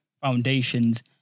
foundations